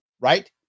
right